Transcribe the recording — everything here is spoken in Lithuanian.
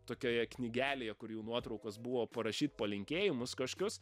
tokioje knygelėje kur jų nuotraukos buvo parašyt palinkėjimus kažkius